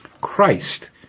Christ